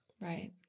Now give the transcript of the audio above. Right